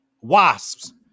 wasps